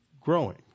growing